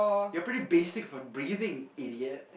you're pretty basic for breathing idiot